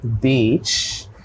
beach